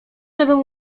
żebym